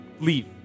leave